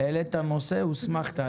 העלית נושא הוסמכת.